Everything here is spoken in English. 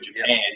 Japan